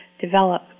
develop